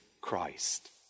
Christ